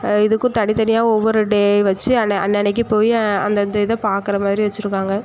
இதுக்கும் தனித்தனியாக ஒவ்வொரு டே வெச்சு அன்று அன்றைக்கு போய் அந்தந்த இதை பாக்கிற மாதிரி வெச்சுருக்காங்க